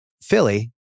Philly